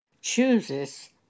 chooses